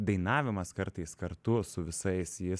dainavimas kartais kartu su visais jis